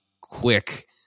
quick